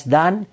done